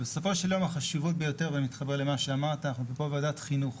אבל בסופו של דבר, ואנחנו פה בוועדת החינוך,